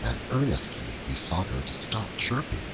and earnestly besought her to stop chirping.